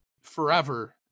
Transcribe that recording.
forever